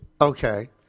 Okay